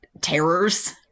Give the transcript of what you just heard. terrors